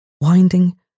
winding